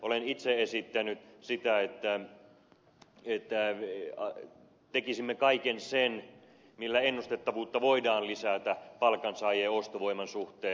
olen itse esittänyt sitä että tekisimme kaiken sen millä ennustettavuutta voidaan lisätä palkansaajien ostovoiman suhteen